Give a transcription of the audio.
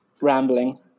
rambling